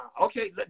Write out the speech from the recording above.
okay